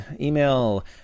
email